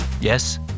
Yes